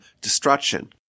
destruction